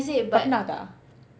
but pernah tak